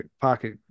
pocket